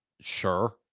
Sure